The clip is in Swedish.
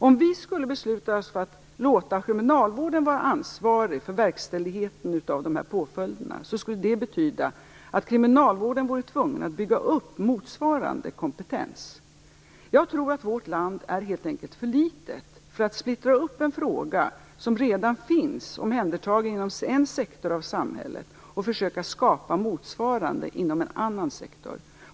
Om vi skulle besluta oss för att låta kriminalvården vara ansvarig för verkställigheten av de här påföljderna skulle det betyda att kriminalvården vore tvungen att bygga upp motsvarande kompetens. Jag tror att vårt land helt enkelt är för litet för att splittra upp frågan om omhändertagande som redan finns inom en sektor av samhället och försöka skapa motsvarande inom en annan sektor.